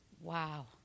wow